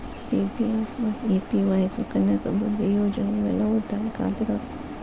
PPF ಮತ್ತ APY Sukanya Samriddhi ಯೋಜನೆ ಇವೆಲ್ಲಾ ಉಳಿತಾಯ ಖಾತೆಗಳ